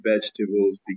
vegetables